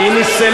היא לא נפסלה,